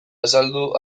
azaldu